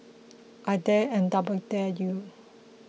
I dare and double dare you